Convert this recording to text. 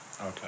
Okay